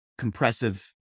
compressive